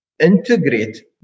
integrate